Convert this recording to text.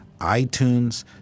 iTunes